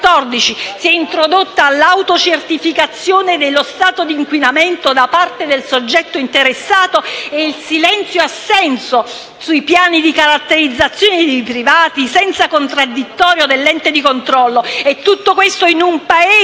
si è introdotta l'autocertificazione dello stato di inquinamento del soggetto interessato e il silenzio assenso sui piani di caratterizzazione di privati, senza contraddittorio dell'ente di controllo. Tutto ciò avviene nel Paese